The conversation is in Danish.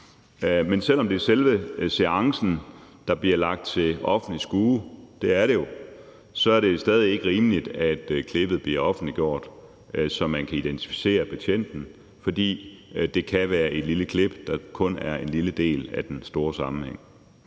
Men selv om det er selve seancen, der bliver lagt til offentligt skue – det er det jo – så er det stadig ikke rimeligt, at klippet bliver offentliggjort, så man kan identificere betjenten. For det kan være et lille klip, der kun er en lille del af den store sammenhæng.